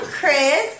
Chris